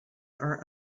are